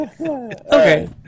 Okay